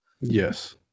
Yes